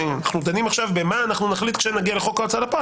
אנחנו דנים עכשיו במה אנחנו נחליט כשנגיע לחוק ההוצאה לפועל,